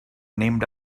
named